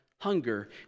hunger